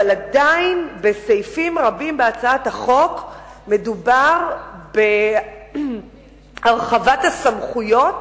אבל עדיין בסעיפים רבים בהצעת החוק מדובר בהרחבת הסמכויות